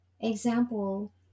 Example